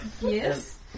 Yes